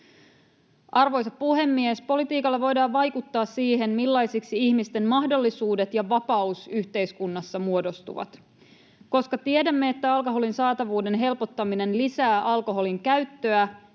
Arvoisa puhemies! Politiikalla voidaan vaikuttaa siihen, millaisiksi ihmisten mahdollisuudet ja vapaus yhteiskunnassa muodostuvat. Koska tiedämme, että alkoholin saatavuuden helpottaminen lisää alkoholin käyttöä,